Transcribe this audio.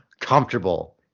comfortable